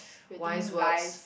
wise words